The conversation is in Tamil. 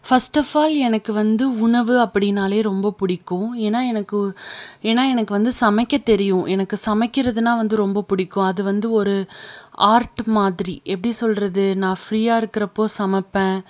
ஃபஸ்ட் அஃப் ஆல் எனக்கு வந்து உணவு அப்படினாலே ரொம்ப பிடிக்கும் ஏன்னால் எனக்கு ஏன்னால் எனக்கு வந்து சமைக்கத் தெரியும் எனக்கு சமைக்கிறதுனால் வந்து ரொம்ப பிடிக்கும் அதுவந்து ஒரு ஆர்ட் மாதிரி எப்படி சொல்வது நான் ஃப்ரீயாக இருக்கிறப்போது சமைப்பேன்